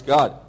God